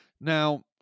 Now